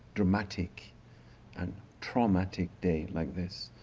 dramatic and traumatic day like this.